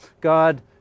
God